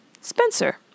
Spencer